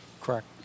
Correct